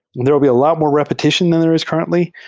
there'll be a lot more repetition than there is currently.